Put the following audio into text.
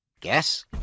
guess